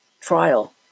trial